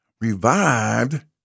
revived